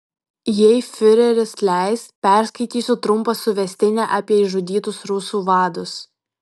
jei fiureris leis perskaitysiu trumpą suvestinę apie išžudytus rusų vadus